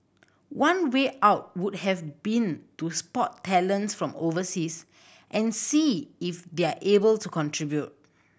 one way out would have been to spot talents from overseas and see if they're able to contribute